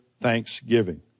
thanksgiving